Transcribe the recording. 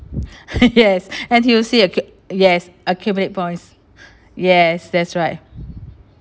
yes N_T_U_C accu~ yes accumulate points yes that's right